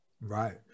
Right